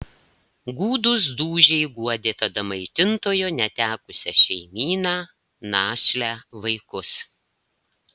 gūdūs dūžiai guodė tada maitintojo netekusią šeimyną našlę vaikus